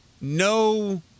no